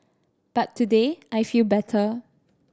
but today I feel better